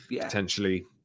potentially